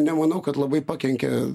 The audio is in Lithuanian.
nemanau kad labai pakenkė